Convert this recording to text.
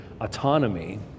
autonomy